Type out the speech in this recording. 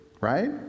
right